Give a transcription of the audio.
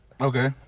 Okay